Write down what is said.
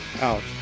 out